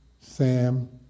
Sam